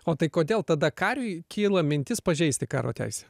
o tai kodėl tada kariui kyla mintis pažeisti karo teisę